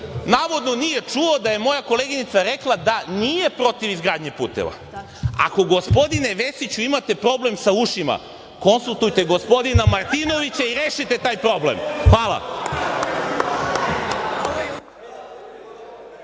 navodno nije čuo da je moja koleginica rekla da nije protiv izgradnje puteva. Ako gospodine Vesiću imate problem sa ušima, konsultujte gospodina Martinovića i rešite taj problem. Hvala